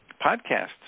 podcast